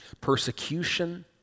persecution